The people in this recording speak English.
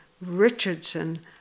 Richardson